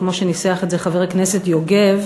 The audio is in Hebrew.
כמו שניסח את זה חבר הכנסת יוגב,